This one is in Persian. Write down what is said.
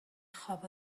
خواب